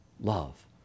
love